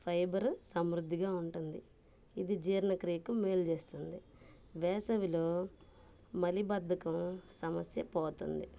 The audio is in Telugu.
ఫైబర్ సమృద్ధిగా ఉంటుంది ఇది జీర్ణక్రియకు మేలు చేస్తుంది వేసవిలో మలిబద్ధకం సమస్య పోతుంది